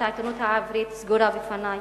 העיתונות העברית סגורה בפני,